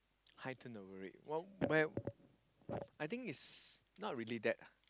high turnover rate what where I think is not really that